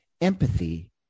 Empathy